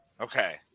Okay